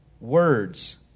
words